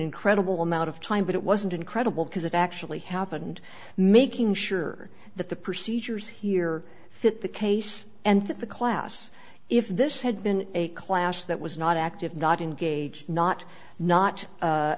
incredible amount of time but it wasn't incredible because it actually happened making sure that the procedures here fit the case and that the class if this had been a class that was not active not engaged not not